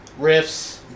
riffs